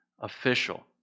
official